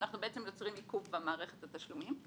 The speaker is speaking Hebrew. אנחנו בעצם יוצרים עיכוב במערכת התשלומים,